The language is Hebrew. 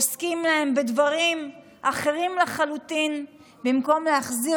עוסקים להם בדברים אחרים לחלוטין במקום להחזיר